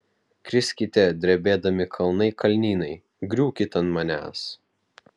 kriskite drebėdami kalnai kalnynai griūkit ant manęs